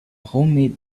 homemade